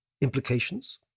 implications